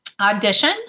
audition